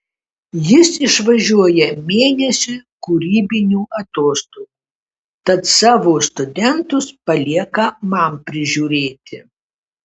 jis išvažiuoja mėnesiui kūrybinių atostogų tad savo studentus palieka man prižiūrėti